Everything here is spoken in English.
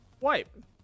wipe